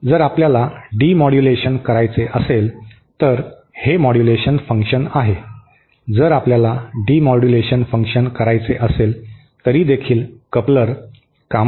जर आपल्याला डिमोड्युलेशन करायचे असेल तर हे मॉड्यूलेशन फंक्शन आहे जर आपल्याला डिमोड्यूलेशन फंक्शन करायचे असेल तरी देखील कपलर कामात येऊ शकतात